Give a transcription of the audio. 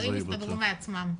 הדברים יסתדרו מעצמם,